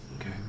Okay